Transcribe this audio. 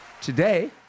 Today